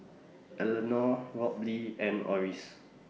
Elenor Robley and Oris